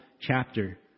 chapter